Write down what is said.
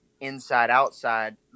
inside-outside